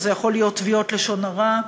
שזה יכול להיות תביעות לשון הרע,